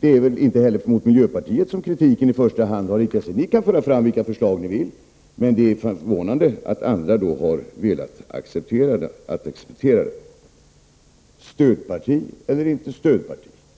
Det är väl inte heller mot miljöpartiet som kritiken i första hand har riktats. Ni kan föra fram vilka förslag ni vill. Men det är förvånande att andra har velat acceptera det förslaget. Stödparti eller inte stödparti?